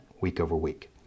week-over-week